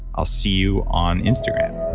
i'll see you on instagram